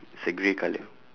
it's a grey colour